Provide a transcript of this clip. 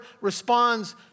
responds